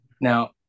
Now